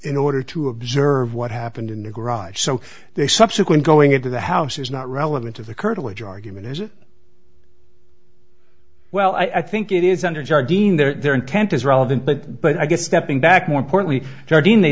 in order to observe what happened in the garage so they subsequent going into the house is not relevant to the curtilage argument is it well i think it is under jardin their intent is relevant but but i guess stepping back more importantly guardeen they